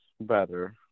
better